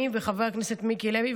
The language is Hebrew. אני וחבר הכנסת מיקי לוי,